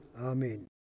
Amen